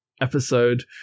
episode